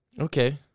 Okay